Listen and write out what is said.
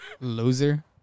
Loser